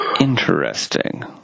Interesting